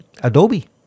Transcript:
Adobe